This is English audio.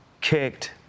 kicked